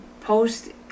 post